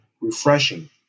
refreshing